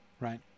Right